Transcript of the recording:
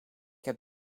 heb